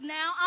now